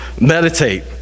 meditate